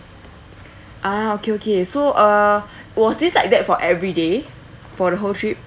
ah okay okay so uh was this like that for every day for the whole trip